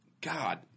God